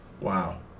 wow